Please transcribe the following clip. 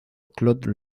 claude